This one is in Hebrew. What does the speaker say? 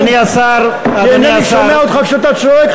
כי אינני שומע אותך כשאתה צועק,